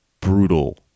brutal